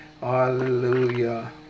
Hallelujah